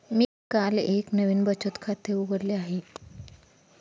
मी काल एक नवीन बचत खाते उघडले आहे